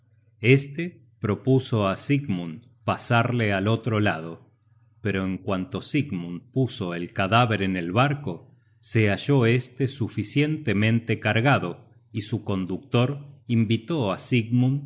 este propuso á sigmund pasarle al otro lado pero en cuanto sigmund puso el cadáver en el barco se halló este suficientemente cargado y su conductor invitó á sigmund